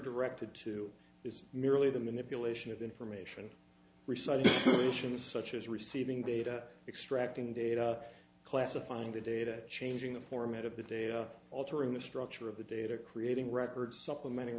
directed to is merely the manipulation of information reciting actions such as receiving data extracting data classifying the data changing the format of the data altering the structure of the data creating records supplementing